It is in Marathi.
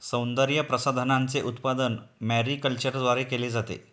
सौंदर्यप्रसाधनांचे उत्पादन मॅरीकल्चरद्वारे केले जाते